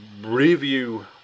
review